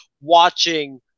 watching –